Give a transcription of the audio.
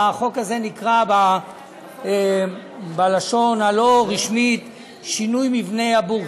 החוק הזה נקרא בלשון הלא-רשמית "שינוי מבנה הבורסה"